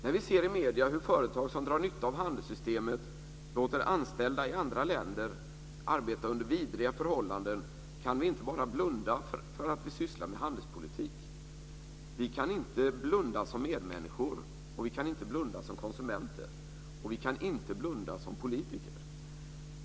När vi ser i medierna hur företag som drar nytta av handelssystemet låter anställda i andra länder arbeta under vidriga förhållanden kan vi inte bara blunda för att vi sysslar med handelspolitik. Vi kan inte blunda som medmänniskor, som konsumenter och som politiker.